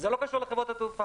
זה לא קשור לחברות התעופה.